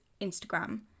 Instagram